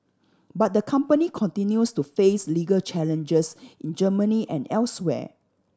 but the company continues to face legal challenges in Germany and elsewhere